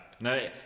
no